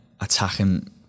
attacking